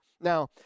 Now